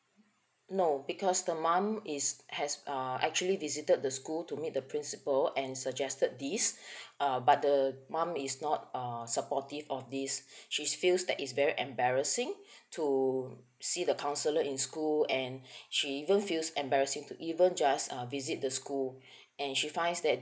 no because the mum is has uh actually visited the school to meet the principal and suggested this uh but the mum is not uh supportive of this she feels that it's very embarrassing to see the counsellor in school and she even feels embarrassing to even just uh visit the school and she finds that